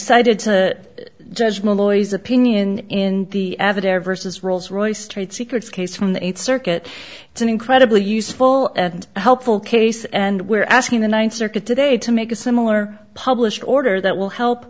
decided to judgment loys opinion in the avatar versus rolls royce trade secrets case from the eighth circuit it's an incredibly useful and helpful case and we're asking the ninth circuit today to make a similar published order that will help